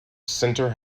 centre